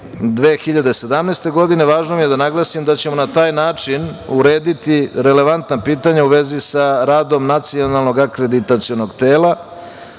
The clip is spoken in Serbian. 2017. godine, važno je da naglasim da ćemo na taj način urediti relevantna pitanja u vezi sa radom nacionalnog akreditacionog tela. Ovo